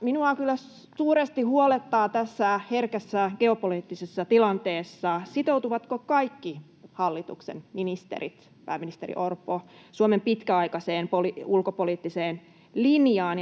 Minua kyllä suuresti huolettaa tässä herkässä geopoliittisessa tilanteessa, sitoutuvatko kaikki hallituksen ministerit, pääministeri Orpo, Suomen pitkäaikaiseen ulkopoliittiseen linjaan